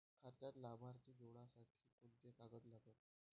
खात्यात लाभार्थी जोडासाठी कोंते कागद लागन?